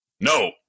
no